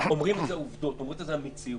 אומרים שזה עובדות, אומרים שזו המציאות.